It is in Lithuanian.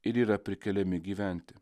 ir yra prikeliami gyventi